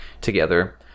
together